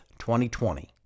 2020